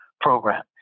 program